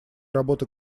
работы